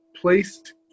placed